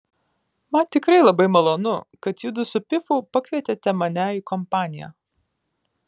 man tikrai labai malonu kad judu su pifu pakvietėte mane į kompaniją